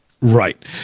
right